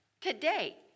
Today